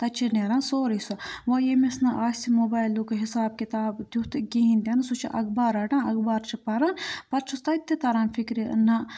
تَتہِ چھِ نیران سورُے سُہ ووں ییٚمِس نہٕ آسہِ موبایلُک حِساب کِتاب تیُتھ کِہیٖنۍ تہِ نہٕ سُہ چھُ اَخبار رَٹان اَخبار چھُ پَران پَتہٕ چھُس تَتہِ تہِ تَران فِکرِ نہ